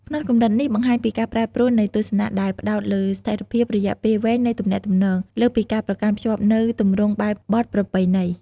ផ្នត់គំនិតនេះបង្ហាញពីការប្រែប្រួលនៃទស្សនៈដែលផ្ដោតលើស្ថិរភាពរយៈពេលវែងនៃទំនាក់ទំនង លើសពីការប្រកាន់ខ្ជាប់នូវទម្រង់បែបបទប្រពៃណី។